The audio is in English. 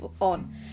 on